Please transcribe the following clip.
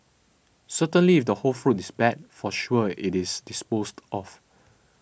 certainly if the whole fruit is bad for sure it is disposed of